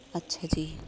ਅੱਛਾ ਜੀ